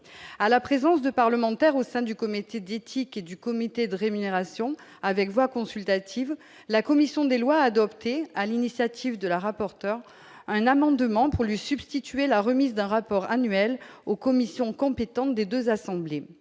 à la présence de parlementaires au sein du comité d'éthique et du comité de rémunération avec voix consultative, la commission des lois, adoptées à l'initiative de la rapporteur, un amendement pour lui substituer la remise d'un rapport annuel aux commissions compétentes des 2 assemblées